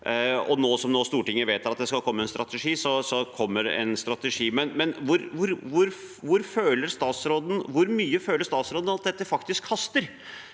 Nå som Stortinget vedtar at det skal komme en strategi, kommer det en strategi. Hvor mye føler statsråden at dette faktisk haster?